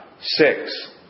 six